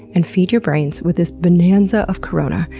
and feed your brains with this bonanza of corona,